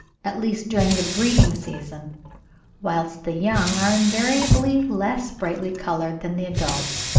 at least during the breeding-season whilst the young are invariably less brightly coloured than the adults,